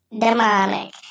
demonic